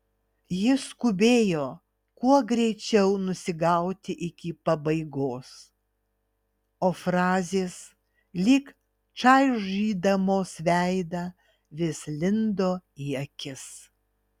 ji skubėjo kuo greičiau nusigauti iki pabaigos o frazės lyg čaižydamos veidą vis lindo į akis